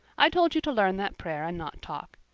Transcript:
i told you to learn that prayer and not talk.